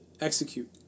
execute